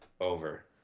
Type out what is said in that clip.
over